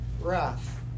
wrath